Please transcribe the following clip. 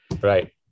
Right